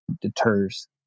deters